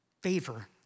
favor